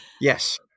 Yes